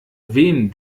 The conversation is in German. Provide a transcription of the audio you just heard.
wem